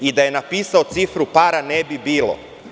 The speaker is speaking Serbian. I da je napisao cifru, para ne bi bilo.